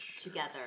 together